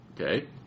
Okay